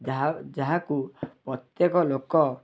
ଯାହା ଯାହାକୁ ପ୍ରତ୍ୟେକ ଲୋକ